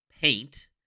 Paint